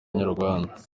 inyarwanda